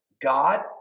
God